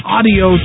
Audio